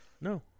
no